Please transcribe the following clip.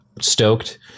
stoked